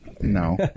No